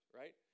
right